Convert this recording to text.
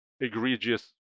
egregious